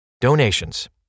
donations